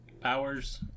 powers